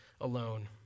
alone